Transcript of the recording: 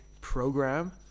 program